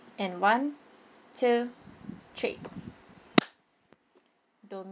and one two three